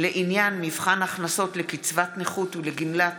לעניין מבחן הכנסות לקצבת נכות ולגמלת